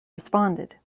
responded